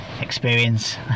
experience